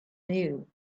new